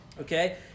Okay